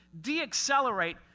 deaccelerate